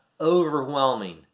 overwhelming